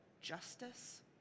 justice